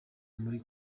muri